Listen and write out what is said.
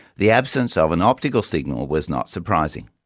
the absence of an optical signal was not surprising.